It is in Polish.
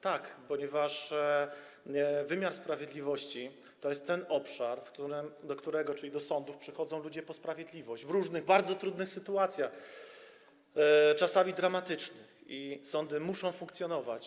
Tak, ponieważ wymiar sprawiedliwości to jest ten obszar, do którego, czyli do sądów, przychodzą ludzie po sprawiedliwość w różnych, bardzo trudnych sytuacjach, czasami dramatycznych, i sądy muszą funkcjonować.